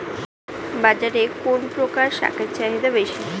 বাজারে কোন প্রকার শাকের চাহিদা বেশী?